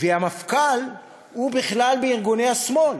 והמפכ"ל הוא בכלל בארגוני השמאל.